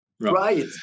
right